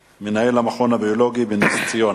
(הגבלה על מסירת מידע מהמרשם הפלילי וקיצור תקופת הרישום),